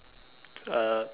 uh